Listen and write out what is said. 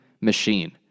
machine